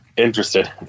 Interested